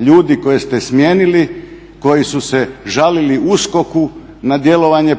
ljudi koje ste smijenili koji su se žalili USKOK-u na djelovanje